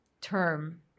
term